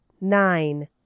nine